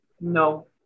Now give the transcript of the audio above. no